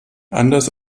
anders